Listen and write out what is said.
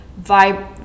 vibe